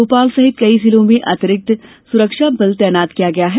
भोपाल सहित कई जिलों में अतिरिक्त सुरक्षा बल तैनात किया गया है